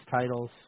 titles